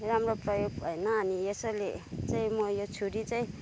राम्रो प्रयोग भएन अनि यसैले चाहिँ म यो छुरी चाहिँ